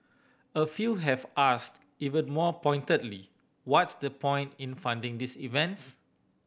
a few have asked even more pointedly what's the point in funding these events